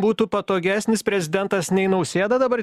būtų patogesnis prezidentas nei nausėda dabar